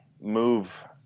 move